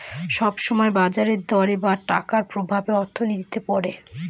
সব সময় বাজার দরের বা টাকার প্রভাব অর্থনীতিতে পড়ে